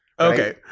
Okay